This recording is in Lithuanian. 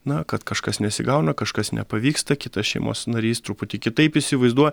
na kad kažkas nesigauna kažkas nepavyksta kitas šeimos narys truputį kitaip įsivaizduo